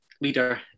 leader